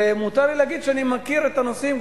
ומותר לי להגיד שאני מכיר את הנושאים,